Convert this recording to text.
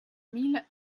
mille